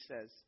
says